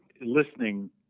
listening